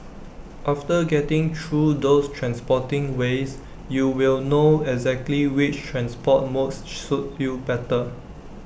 after getting through those transporting ways you will know exactly which transport modes suit you better